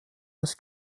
des